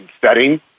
setting